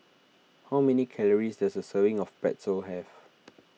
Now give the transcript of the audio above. how many calories does a serving of Pretzel have